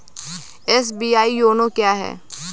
SBI YONO क्या है?